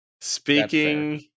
speaking